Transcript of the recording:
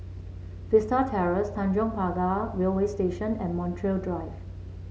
Vista Terrace Tanjong Pagar Railway Station and Montreal Drive